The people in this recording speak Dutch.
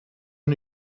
een